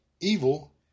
evil